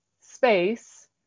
space